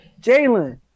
Jalen